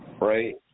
Right